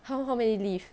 how how many lift